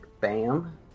Bam